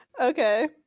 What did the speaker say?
Okay